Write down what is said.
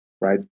right